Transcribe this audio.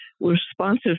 responsive